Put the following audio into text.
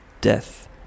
death